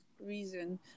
reason